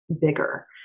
bigger